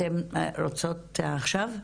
אתם רוצים עכשיו להתייחס?